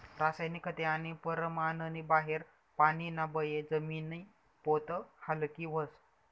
रासायनिक खते आणि परमाननी बाहेर पानीना बये जमिनी पोत हालकी व्हस